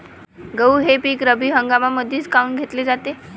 गहू हे पिक रब्बी हंगामामंदीच काऊन घेतले जाते?